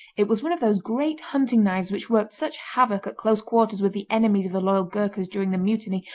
it was one of those great hunting-knives which worked such havoc, at close quarters with the enemies of the loyal ghourkas during the mutiny,